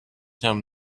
him